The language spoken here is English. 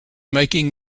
making